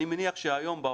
אני מניח שהיום,